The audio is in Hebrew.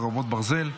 חרבות ברזל),